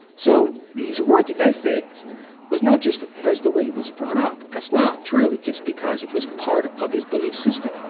so, his work ethic was not just that's the way he was brought up. that's not true. it's because it was part of his belief system